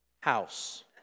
house